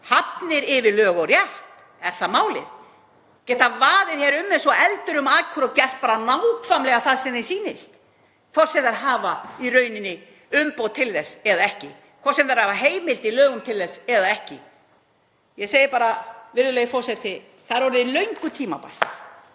Hafnir yfir lög og rétt, er það málið? Geta vaðið hér um eins og eldur um akur og gert bara nákvæmlega það sem þeim sýnist, hvort sem þeir hafa í rauninni umboð til þess eða ekki, hvort sem þeir hafa heimild í lögum til þess eða ekki? Ég segi bara, virðulegi forseti: Það er orðið löngu tímabært